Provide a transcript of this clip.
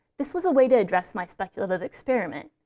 this was a way to address my speculative experiment.